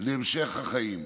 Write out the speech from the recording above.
להמשך החיים.